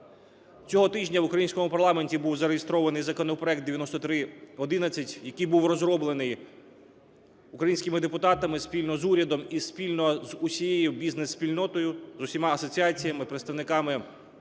Цього тижня в українському парламенті був зареєстрований законопроект 9311, який був розроблений українськими депутатами спільно з урядом і спільно з усією бізнес-спільнотою: з усіма асоціаціями і представниками і